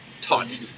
taught